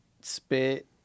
spit